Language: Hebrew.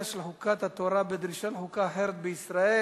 של חוקת התורה בדרישה לחוקה אחרת בישראל,